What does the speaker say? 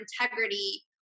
integrity